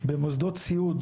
שבמוסדות סיעוד